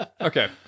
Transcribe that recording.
okay